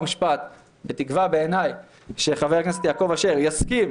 חוקה ומשפט בתקווה שחבר הכנסת יעקב אשר יסכים